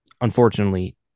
unfortunately